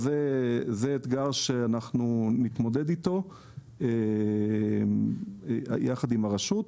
אז זה אתגר שאנחנו נתמודד איתו יחד עם הרשות.